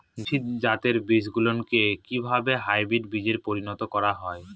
দেশি জাতের বীজগুলিকে কিভাবে হাইব্রিড বীজে পরিণত করা হয়?